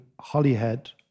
Hollyhead